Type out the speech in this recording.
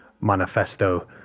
manifesto